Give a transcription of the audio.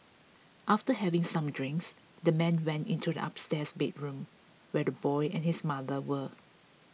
after having some drinks the man went into the upstairs bedroom where the boy and his mother were